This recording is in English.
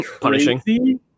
punishing